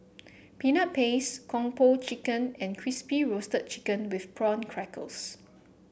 Peanut Paste Kung Po Chicken and Crispy Roasted Chicken with Prawn Crackers